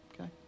okay